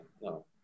No